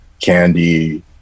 candy